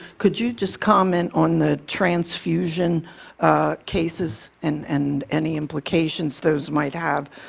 could you just comment on the transfusion cases and and any implications those might have,